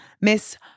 Miss